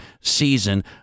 season